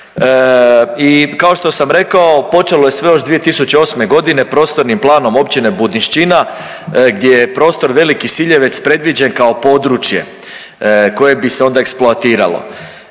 i kao što sam rekao počelo je sve još 2008.g. prostornim planom Općine Budinšćina gdje je prostor Veliki Siljevec predviđen kao područje koje bi se onda eksploatiralo.